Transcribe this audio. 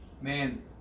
Man